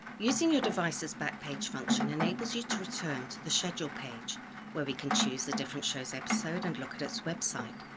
using your device's back page function enables you to return to the schedules page where we can choose a different show's episode and look at its website.